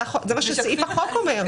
זה מה שסעיף החוק אומר.